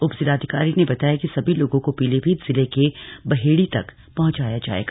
उपजिलाधिकारी ने बताया कि सभी लोगों को पीलीभीत जिले के बहेड़ी तक पहंचाया जाएगा